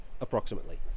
approximately